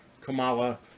Kamala